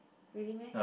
really meh